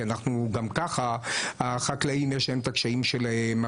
כי אנחנו גם ככה החקלאים יש להם את הקשיים שלהם,